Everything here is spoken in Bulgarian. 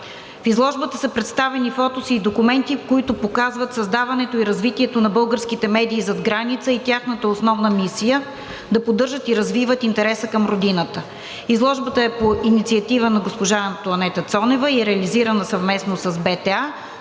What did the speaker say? В изложбата са представени фотоси и документи, които показват създаването и развитието на българските медии зад граница и тяхната основна мисия да поддържат и развиват интереса към родината. Изложбата е по инициатива на госпожа Антоанета Цонева и е реализирана съвместно с БТА.